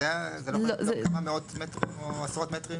זה לא יכול להיות כמה מאות מטרים או עשרות מטרים?